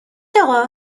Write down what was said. آقا